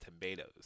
tomatoes